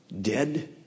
dead